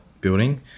building